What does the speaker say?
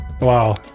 Wow